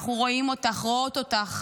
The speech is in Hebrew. אנחנו רואים אותך ורואות אותך.